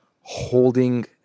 holding